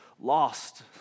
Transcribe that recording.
lost